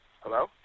Hello